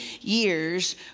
years